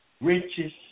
riches